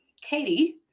Katie